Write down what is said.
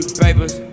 papers